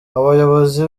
abayobozi